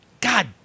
God